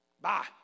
Bye